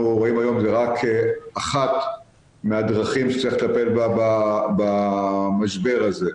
רואים היום זה רק אחת מהדרכים שצריך לטפל במשבר הזה.